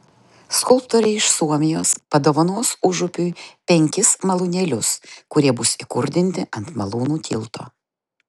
skulptorė iš suomijos padovanos užupiui penkis malūnėlius kurie bus įkurdinti ant malūnų tilto